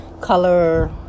color